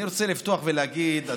אני רוצה לפתוח ולהגיד,